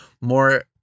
more